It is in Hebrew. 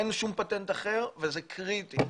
אין שום פטנט אחר, וזה קריטי.